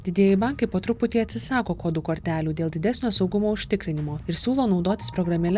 didieji bankai po truputį atsisako kodų kortelių dėl didesnio saugumo užtikrinimo ir siūlo naudotis programėle